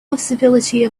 possibility